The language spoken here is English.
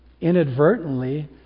inadvertently